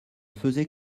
faisait